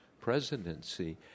presidency